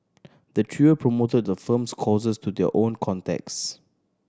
the trio promoted the firm's courses to their own contacts